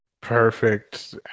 perfect